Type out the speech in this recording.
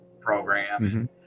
program